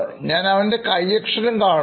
Professor കൈയ്യക്ഷരം കാണുന്നു